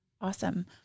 Awesome